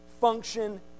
function